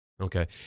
Okay